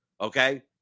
Okay